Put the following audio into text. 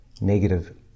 negative